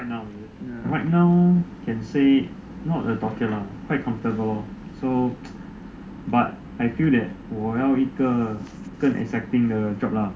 right now is it right now can say not a torture ah quite comfortable so but I feel that 我要一个更 exciting 的 job lah